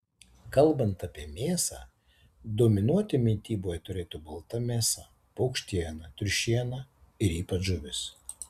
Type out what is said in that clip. kalbant apie mėsą dominuoti mityboje turėtų balta mėsa paukštiena triušiena ir ypač žuvis